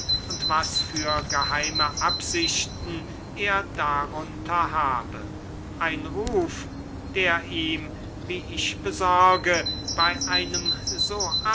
und was für geheime absichten er darunter habe ein ruf der ihm wie ich besorge bey einem so